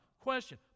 Question